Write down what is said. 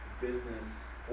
business